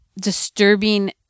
disturbing